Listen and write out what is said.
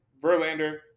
Verlander